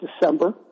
December